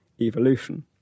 evolution